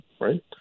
right